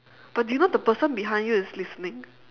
but do you know the person behind you is listening